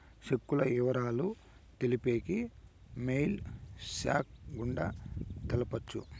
సెక్కుల ఇవరాలు తెలిపేకి మెయిల్ ఫ్యాక్స్ గుండా తెలపొచ్చు